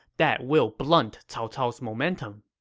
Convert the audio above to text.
that will blunt cao cao's momentum.